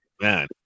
man